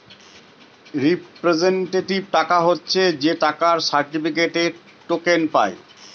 representative টাকা হচ্ছে যে টাকার সার্টিফিকেটে, টোকেন পায়